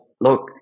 look